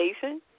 Jason